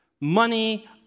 money